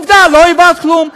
עובדה, לא העברת כלום.